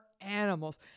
animals